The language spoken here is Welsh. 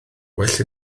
well